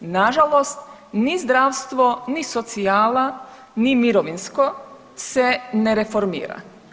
Nažalost, ni zdravstvo, ni socijala ni mirovinsko se ne formira.